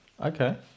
Okay